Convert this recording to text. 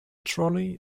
trolley